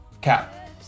cap